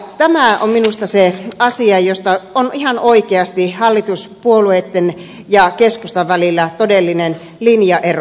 tämä on minusta se asia josta on ihan oikeasti hallituspuolueitten ja keskustan välillä todellinen linjaero